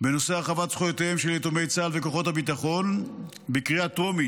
בנושא הרחבת זכויותיהם של יתומי צה"ל וכוחות הביטחון בקריאה טרומית,